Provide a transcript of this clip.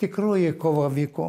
tikroji kova vyko